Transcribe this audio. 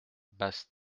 basse